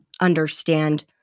understand